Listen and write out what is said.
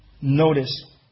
Notice